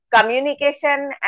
communication